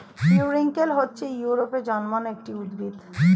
periwinkle হচ্ছে ইউরোপে জন্মানো একটি উদ্ভিদ